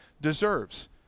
deserves